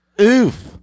Oof